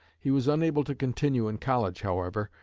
he was unable to continue in college, however,